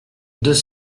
deux